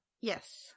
Yes